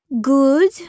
Good